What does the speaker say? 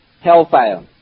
hellfire